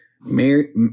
Mary